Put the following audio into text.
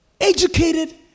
educated